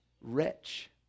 wretch